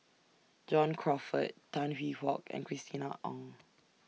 John Crawfurd Tan Hwee Hock and Christina Ong